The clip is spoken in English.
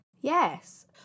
Yes